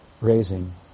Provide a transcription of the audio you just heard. raising